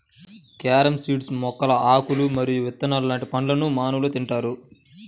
carom seeds మొక్కల ఆకులు మరియు విత్తనం లాంటి పండ్లను మానవులు తింటారు